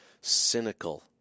cynical